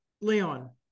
Leon